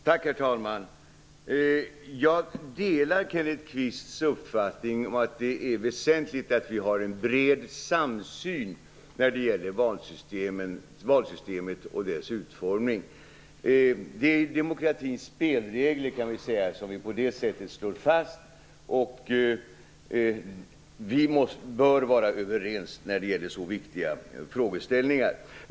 Herr talman! Jag delar Kenneth Kvists uppfattning om att det är väsentligt att vi har en bred samsyn på valsystemet och dess utformning. Man kan säga att det är demokratins spelregler som vi på det sättet slår fast. Vi bör vara överens i så viktiga frågeställningar.